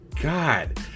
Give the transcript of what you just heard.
God